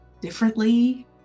differently